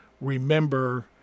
remember